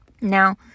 Now